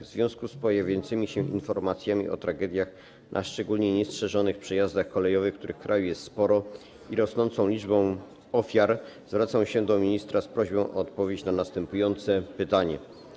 W związku z pojawiającymi się informacjami o tragediach, a szczególnie na niestrzeżonych przejazdach kolejowych, których w kraju jest sporo, i rosnącą liczbą ofiar zwracam się do ministra z prośbą o odpowiedź na następujące pytanie: